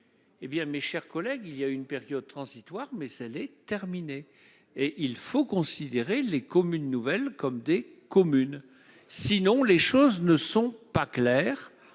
Eh bien, je suis désolé, mais il y a eu une période transitoire et elle est terminée. Il faut considérer les communes nouvelles comme des communes, sans quoi les choses ne sont pas claires